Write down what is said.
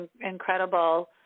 incredible